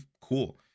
Cool